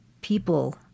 people